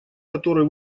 который